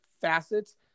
facets